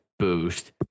boost